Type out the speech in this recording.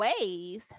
ways